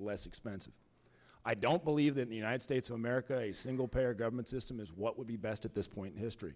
less expensive i don't believe that the united states of america a single payer government system is what would be best at this point in history